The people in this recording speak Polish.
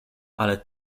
ale